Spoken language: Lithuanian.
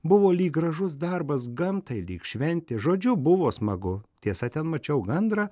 buvo lyg gražus darbas gamtai lyg šventė žodžiu buvo smagu tiesa ten mačiau gandrą